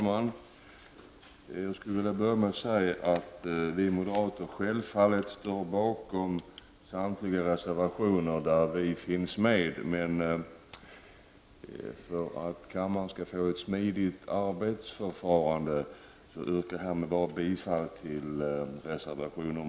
Herr talman! Vi moderater står självfallet bakom samtliga reservationer där vi finns representerade, men för att bidra till att göra kammarens arbetsförfarande smidigare yrkar jag härmed bifall bara till reservation nr 1.